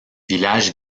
village